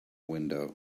window